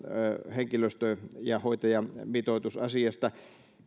henkilöstö ja hoitajamitoitusasiasta